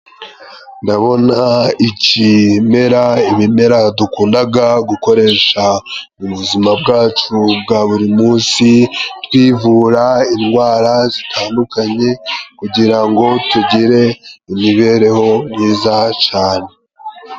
Ndabona ikimera, ibimera dukundaga gukoresha mu buzima bwacu bwa buri munsi twivura indwara zitandukanye, kugira ngo tugire imibereho myiza cane.